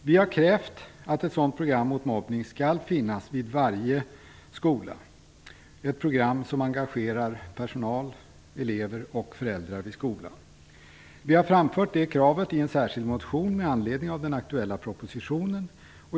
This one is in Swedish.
Vi har krävt att ett sådant program mot mobbning skall finnas vid varje skola, ett program som engagerar personal, elever och föräldrar. Vi har framfört det kravet i en särskild motion med anledning av den aktuella propositionen.